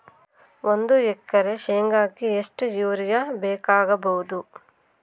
ಒಂದು ಎಕರೆ ಶೆಂಗಕ್ಕೆ ಎಷ್ಟು ಯೂರಿಯಾ ಬೇಕಾಗಬಹುದು?